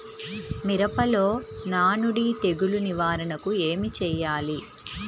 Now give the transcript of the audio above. మిరపలో నానుడి తెగులు నివారణకు ఏమి చేయాలి?